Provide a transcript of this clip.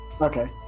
Okay